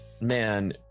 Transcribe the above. man